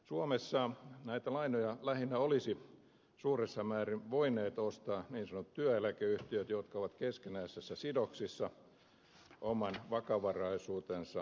suomessa näitä lainoja lähinnä olisi suuressa määrin voineet ostaa niin sanotut työeläkeyhtiöt jotka ovat keskinäisissä sidoksissa oman vakavaraisuutensa osalta